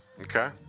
Okay